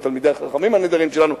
על תלמידי החכמים הנהדרים שלנו,